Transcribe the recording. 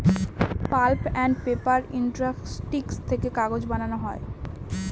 pulp and paper industry থেকে কাগজ বানানো হয়